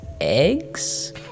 eggs